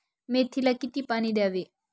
मेथीला किती पाणी द्यावे?